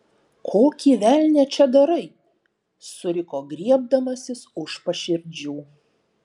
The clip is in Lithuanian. kokį velnią čia darai suriko griebdamasis už paširdžių